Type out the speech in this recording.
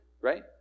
right